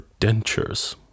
dentures